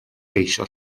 geisio